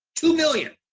two million!